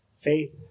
Faith